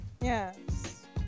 Yes